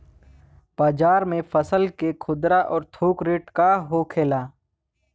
बाजार में फसल के खुदरा और थोक रेट का होखेला?